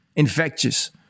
infectious